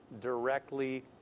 directly